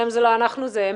זה הם,